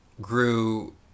grew